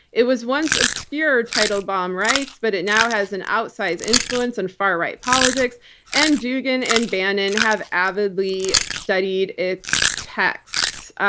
it was once obscure teitelbaum rights, but it now has an outsized influence and far-right politics and dugin and bannon have avidly studied its texts.